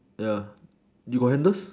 ya you got handles